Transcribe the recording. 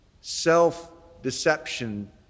self-deception